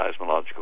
seismological